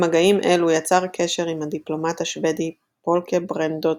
במגעים אלו יצר קשר עם הדיפלומט השוודי פולקה ברנדוט